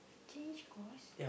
change course